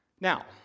Now